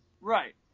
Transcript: Right